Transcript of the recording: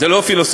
זה לא פילוסופיה,